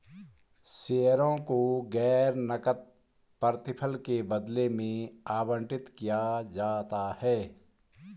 शेयरों को गैर नकद प्रतिफल के बदले में आवंटित किया जाता है